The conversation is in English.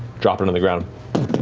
drop it on the ground.